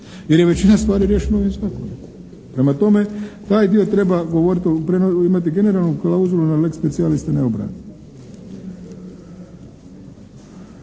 jer je većina stvari riješena ovim zakonom. Prema tome, taj dio treba govoriti o, treba imati generalnu klauzulu na lex specialis a ne obratno.